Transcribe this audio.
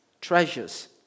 treasures